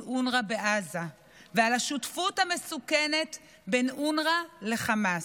אונר"א בעזה ועל השותפות המסוכנת בין אונר"א לחמאס.